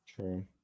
True